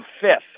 fifth